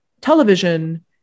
television